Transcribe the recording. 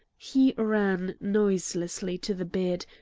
he ran noiselessly to the bed,